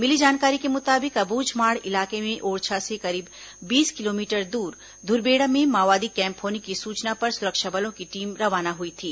मिली जानकारी के मुताबिक अब्झमाड़ इलाके में ओरछा से करीब बीस किलोमीटर दूर धुरबेड़ा में माओवादी कैंप होने की सूचना पर सुरक्षा बलों की टीम रवाना हुई थी